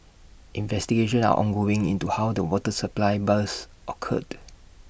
investigations are ongoing into how the water supply burst occurred